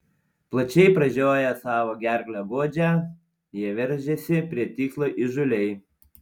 plačiai pražioję savo gerklę godžią jie veržiasi prie tikslo įžūliai